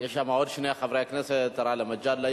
יש שם עוד שני חברי כנסת: גאלב מג'אדלה,